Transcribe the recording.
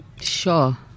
Sure